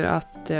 att